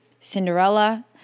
Cinderella